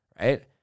right